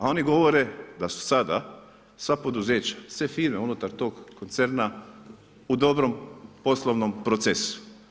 A oni govore da su sada, sva poduzeća, sve firme, unutar tog koncerna u dobrom poslovnom procesu.